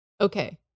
okay